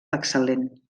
excel·lent